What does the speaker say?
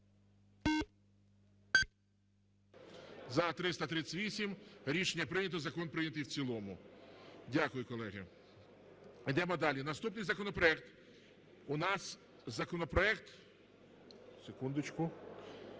За-338 Рішення прийнято. Закон прийнятий в цілому. Дякую, колеги. Ідемо далі. Наступний законопроект у нас законопроект… Секундочку.